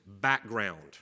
background